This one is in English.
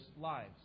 lives